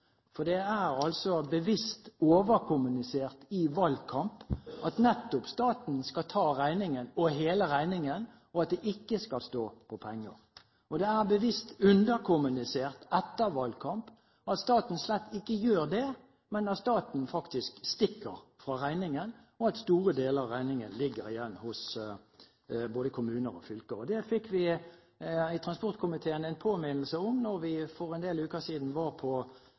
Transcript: for det er bevisst overkommunisert i valgkamp at nettopp staten skal ta regningen – hele regningen – og at det ikke skal stå på penger. Og det er bevisst underkommunisert etter valgkamp at staten slett ikke gjør det, men at staten faktisk stikker fra regningen, og at store deler av regningen ligger igjen hos både kommuner og fylker. Det fikk vi i transportkomiteen en påminnelse om da vi for en del uker siden var på